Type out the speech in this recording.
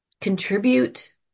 contribute